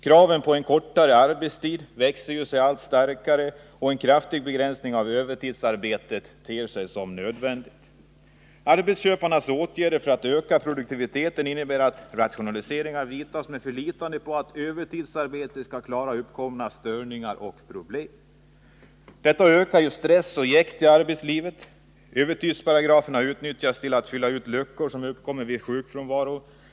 Kraven på en kortare arbetstid för alla växer sig allt starkare, och en kraftig begränsning av övertidsarbetet är därför nödvändigt. Arbetsköparnas åtgärder för att öka produktiviteten innebär att rationaliseringar vidtas med förlitande på att övertidsarbete skall klara uppkomna störningar och problem. Detta ökar stress och jäkt i arbetslivet. Övertidsparagraferna utnyttjas även till att fylla ut luckor som uppkommer vid sjukfrånvaro.